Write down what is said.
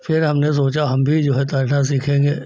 फ़िर हमने सोचा हम भी जो है तैरना सीखेंगे